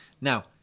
Now